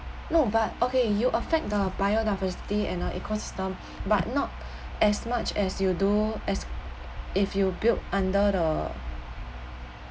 no but okay you affect the biodiversity and the ecosystem but not as much as you do as if you built under the